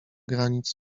granic